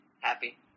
happy